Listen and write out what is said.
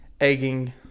egging